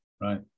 Right